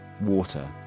water